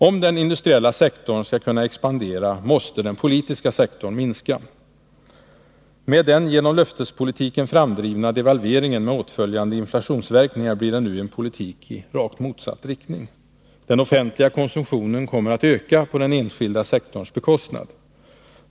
Om den industriella sektorn skall kunna expandera; måste den offentliga minska. Med den genom löftespolitiken framdrivna devalveringen med åtföljande inflationsverkningar blir det nu en politik i rakt motsatt riktning. Den offentliga konsumtionen kommer att öka på den enskilda sektorns bekostnad.